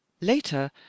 later